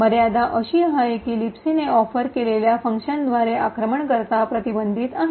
मर्यादा अशी आहे की लिबसीने ऑफर केलेल्या फंक्शन्सद्वारे आक्रमणकर्ता प्रतिबंधित आहे